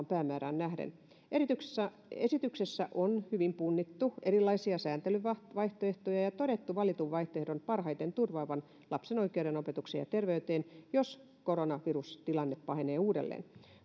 päämäärään nähden esityksessä esityksessä on hyvin punnittu erilaisia sääntelyvaihtoehtoja ja todettu valitun vaihtoehdon parhaiten turvaavan lapsen oikeuden opetukseen ja terveyteen jos koronavirustilanne pahenee uudelleen